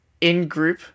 in-group